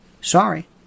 Sorry